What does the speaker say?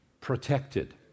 protected